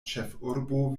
ĉefurbo